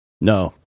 No